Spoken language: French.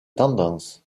tendance